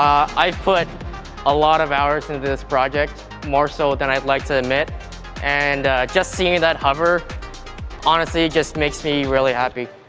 i've put a lot of hours into this project more so than i'd like to admit and just seeing that hover honestly just makes me really happy.